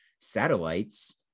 satellites